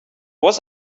was